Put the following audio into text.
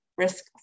risk